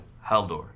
Haldor